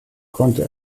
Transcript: konnte